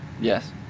Yes